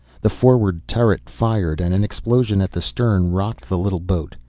the forward turret fired and an explosion at the stern rocked the little boat.